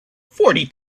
forty